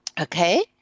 Okay